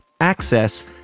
access